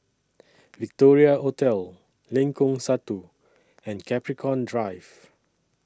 Victoria Hotel Lengkong Satu and Capricorn Drive